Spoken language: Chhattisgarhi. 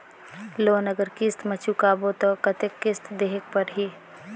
लोन अगर किस्त म चुकाबो तो कतेक किस्त देहेक पढ़ही?